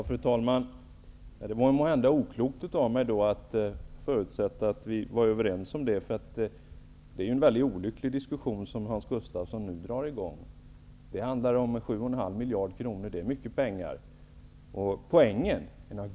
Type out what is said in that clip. Fru talman! Det var måhända oklokt av mig att förutsätta att vi var överens om det här, och det är mycket olyckligt att Hans Gustafsson nu drar i gång den här diskussionen. Det handlar om 7,5 miljarder kronor, och det är mycket pengar.